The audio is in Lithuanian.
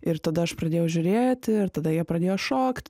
ir tada aš pradėjau žiūrėti ir tada jie pradėjo šokt